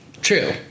True